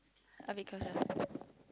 I because I